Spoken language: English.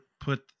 put